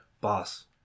boss